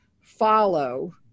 follow